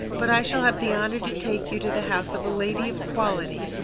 but i shall have the honour to take you to the house of a lady of quality,